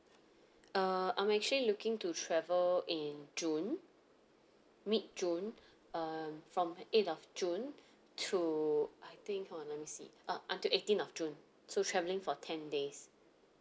uh I'm actually looking to travel in june mid june um from eighth of june to I think hold on let me see uh until eighteenth of june so travelling for ten days